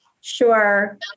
Sure